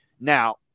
Now